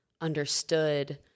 understood